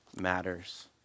matters